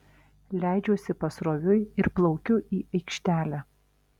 leidžiuosi pasroviui ir plaukiu į aikštelę